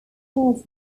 killed